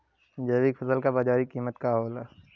जैविक फसल क बाजारी कीमत ज्यादा होला